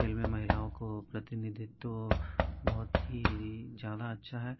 खेल में महिलाओं को प्रतिनिधित्व बहुत ही जादा अच्छा है